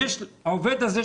העובד הזה,